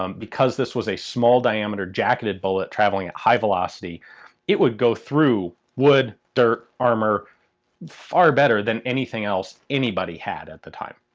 um because this was a small diameter, jacketed bullet traveling at high velocity it would go through wood, dirt, armour far better than anything else anybody had at the time.